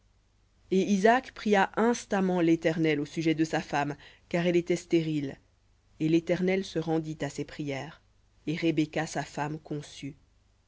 et isaac pria instamment l'éternel au sujet de sa femme car elle était stérile et l'éternel se rendit à ses prières et rebecca sa femme conçut